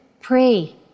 pray